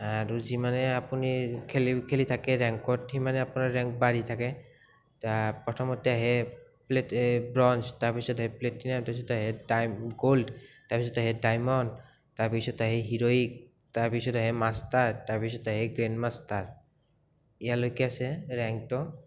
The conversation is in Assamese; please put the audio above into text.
আৰু যিমানে আপুনি খেলি খেলি থাকে ৰেংকত সিমানে আপোনাৰ ৰেংক বাঢ়ি থাকে প্ৰথমতে আহে ব্ৰঞ্জ তাৰ পিছত আহে প্লেটিনাম তাৰ পিছত আহে গো'ল্ড তাৰ পিছত আহে ডাইমণ্ড তাৰ পিছত আহে হিৰ'ইক তাৰ পিছত আহে মাষ্টাৰ তাৰ পিছত আহে গ্ৰেণ্ড মাষ্টাৰ ইয়ালৈকে আছে ৰেংকটো